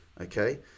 Okay